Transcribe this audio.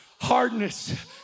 hardness